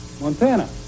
Montana